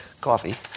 coffee